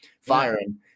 firing